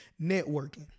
Networking